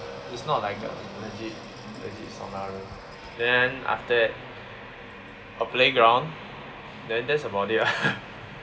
it's not like a legit legit sauna room then after that a playground then that's about it lah